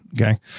Okay